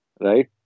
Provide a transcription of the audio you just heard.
Right